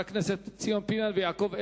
ותועבר להכנה לקריאה ראשונה לוועדת